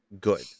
good